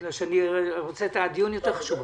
בגלל שהדיון יותר חשוב עכשיו.